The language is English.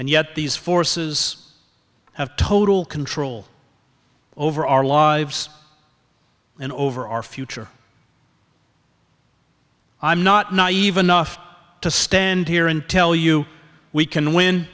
and yet these forces have total control over our lives and over our future i'm not naive enough to stand here and tell you we can win